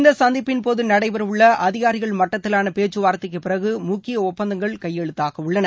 இந்த சந்திப்பின்போது நடைபெறவுள்ள அதிகாரிகள் மட்டத்திலான பேச்சுவார்த்தைக்குப் பிறகு முக்கிய ஒப்பந்தங்கள் கையெழுத்தாகவுள்ளன